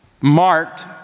marked